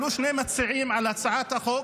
עלו שני מציעים להצעת החוק,